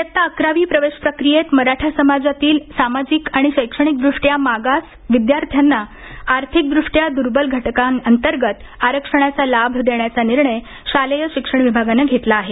इयत्ता अकरावी प्रवेशप्रक्रियेत मराठा समाजातील सामाजिक आणि शैक्षणिकद्रष्ट्या मागास विद्यार्थ्यांना आर्थिकदृष्ट्या दुर्बल घटकांअंतर्गत आरक्षणाचा लाभ देण्याचा निर्णय शालेय शिक्षण विभागाने घेतला आहे